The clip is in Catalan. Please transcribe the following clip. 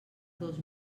dos